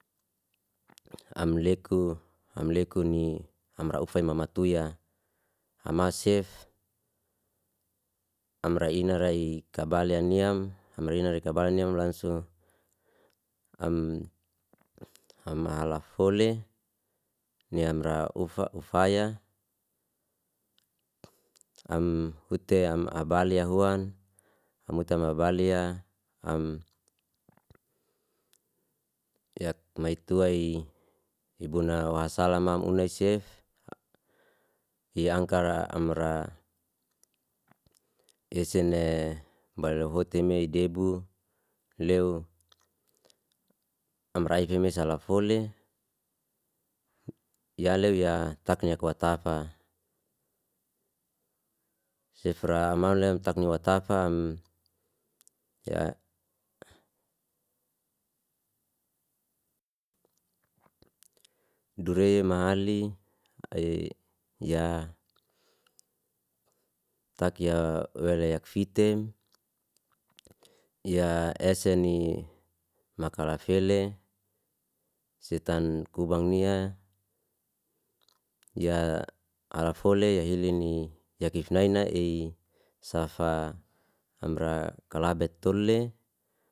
Am leku am leku ni amra ufay mamatuya, am asef amra inarayi kabalya niyam, amra inarayi kabalya niyam lansu, am- am halafole ni amra ufa ufaya. Am hute am abalya huan, am hute am abalya. Am yakmaitu ai ibuna wasalamam unaysef iyangkara amra esene bala luhutime idebu lew, am raifime salafole, ya lew ya takyek watafa, sefra malem takyek watafa ya dure mahali ei ya takya welayak fitem ya eseni makarafele setan kubang niya ya halefoli ya helini ya kifnaina ei safa amra kalabet tule.